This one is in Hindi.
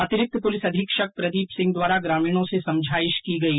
अतिरिक्त पुलिस अधीक्षक प्रदीप सिंह द्वारा ग्रामीणों से समझाइश की गई